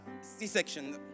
C-section